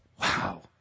Wow